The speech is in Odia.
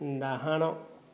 ଡାହାଣ